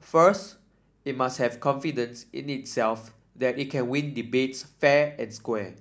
first it must have confidence in itself that it can win debates fair and square